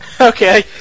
Okay